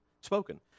spoken